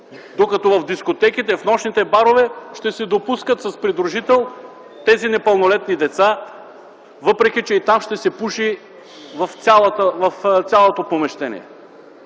докато в дискотеките, в нощните барове ще се допускат с придружител тези непълнолетни деца, въпреки че и там ще се пуши в цялото помещение.